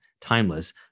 timeless